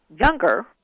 younger